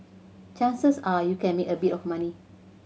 chances are you can make a bit of money